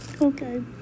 okay